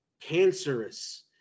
cancerous